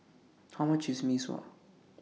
How much IS Mee Sua